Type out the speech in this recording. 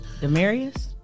Demarius